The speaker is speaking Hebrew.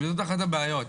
זה אחת הבעיות.